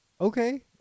Okay